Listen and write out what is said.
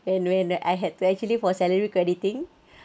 and when I had to actually for salary crediting